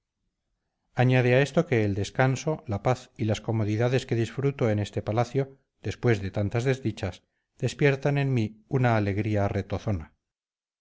añade a esto que el descanso la paz y las comodidades que disfruto en este palacio después de tantas desdichas despiertan en mí una alegría retozona